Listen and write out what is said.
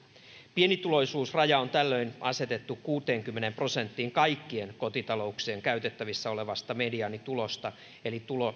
pienituloisuusraja on tällöin asetettu kuuteenkymmeneen prosenttiin kaikkien kotitalouksien käytettävissä olevasta mediaanitulosta eli tulo